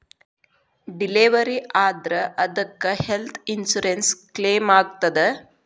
Delivery ಆದ್ರ ಅದಕ್ಕ health insurance ಕ್ಲೇಮಾಗ್ತದ?